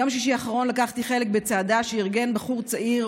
ביום שישי האחרון לקחתי חלק בצעדה שארגן בחור צעיר,